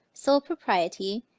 sole propriety,